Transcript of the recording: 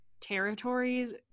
territories